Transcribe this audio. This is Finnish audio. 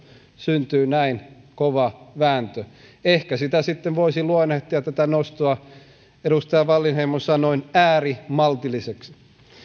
syntyy näin kova vääntö ehkä tätä nostoa sitten voisi luonnehtia edustaja wallinheimon sanoin äärimaltilliseksi a